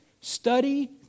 study